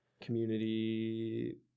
community